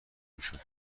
میشد